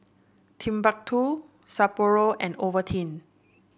Timbuk two Sapporo and Ovaltine